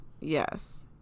Yes